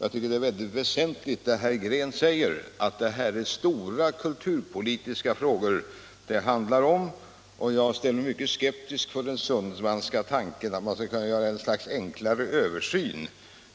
Jag håller med min partivän herr Green när han säger att det handlar om stora kulturpolitiska frågor, och jag ställer mig mycket skeptisk till herr Sundmans tanke på ett slags enklare översyn